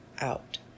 out